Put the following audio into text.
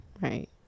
Right